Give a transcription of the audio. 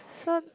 so